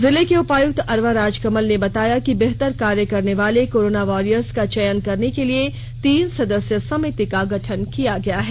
जिले के उपायुक्त अरवा राजकमल ने बताया कि बेहतर कार्य करने वाले कोरोना वॉरियर्स का चयन करने के लिए तीन सदस्यीय समिति का गठन किया गया है